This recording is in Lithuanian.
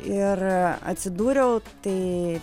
ir atsidūriau tai